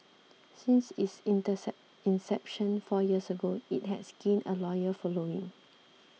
since its intercept inception four years ago it has gained a loyal following